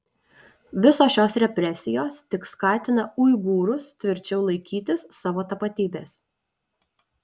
visos šios represijos tik skatina uigūrus tvirčiau laikytis savo tapatybės